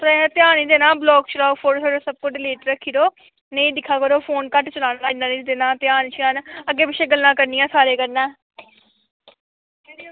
ते ध्यान निं देना ब्लाग श्लाग फोटो सब किश डिलीट रक्खी ओड़ो नेईं दिक्खा करो फोन घट्ट चला करो इन्ना नेईं देना ध्यान श्यान अग्गें पिच्छें गल्लां करनियां सारें कन्नै